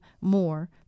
more